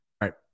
right